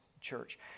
church